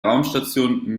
raumstation